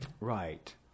Right